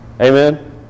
Amen